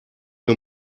mir